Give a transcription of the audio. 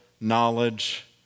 knowledge